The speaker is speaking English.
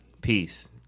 peace